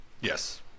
Yes